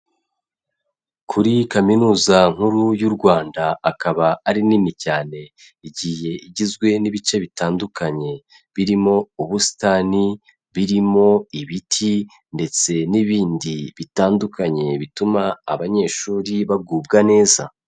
Kuri kaminuza nkuru y'u Rwanda akaba ari nini cyane, igiye igizwe n'ibice bitandukanye birimo ubusitani, birimo ibiti ndetse n'ibindi bitandukanye bituma abanyeshuri bagubwa neza.